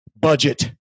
budget